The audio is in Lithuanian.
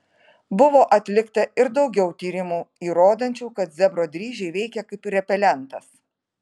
buvo atlikta ir daugiau tyrimų įrodančių kad zebro dryžiai veikia kaip repelentas